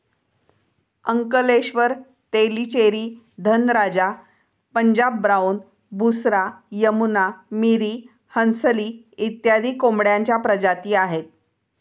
Ankleshwar, Tellicherry, Dhanraja, Punjab brown, Busra, Yamuna, Miri, Hansli इत्यादी कोंबड्यांच्या प्रजाती आहेत